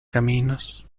caminos